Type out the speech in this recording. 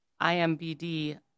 IMBD